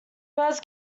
birds